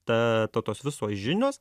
ta tos visos žinios